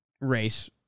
race